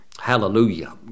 Hallelujah